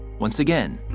once again,